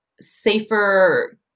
safer